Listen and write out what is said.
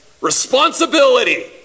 responsibility